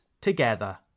together